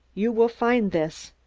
you will find this.